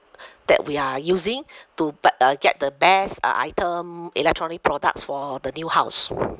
that we are using to but uh get the best uh item electronic products for the new house